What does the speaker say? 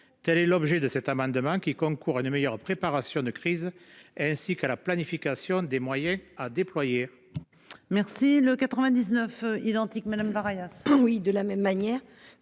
Telle est l'objet de cet amendement qui concourt à une meilleure préparation de crise ainsi qu'à la planification des moyens à déployer.